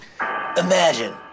Imagine